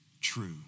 true